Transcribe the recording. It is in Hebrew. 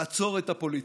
לעצור את הפוליטיקה.